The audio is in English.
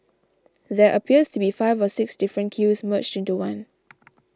there appears to be five or six different queues merged into one